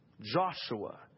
Joshua